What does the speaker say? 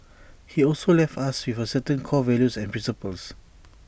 he also left us with certain core values and principles